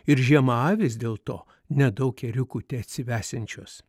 ir žiemą avys dėl to nedaug ėriukų teatsivesiančios